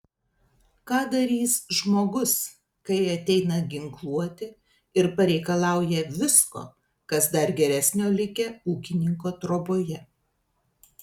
ką darys žmogus kai ateina ginkluoti ir pareikalauja visko kas dar geresnio likę ūkininko troboje